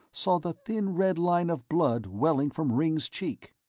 saw the thin red line of blood welling from ringg's cheek.